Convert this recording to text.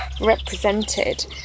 represented